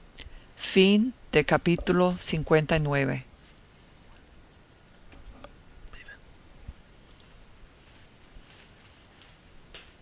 fin del capítulo